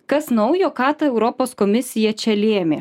kas naujo ką ta europos komisija čia lėmė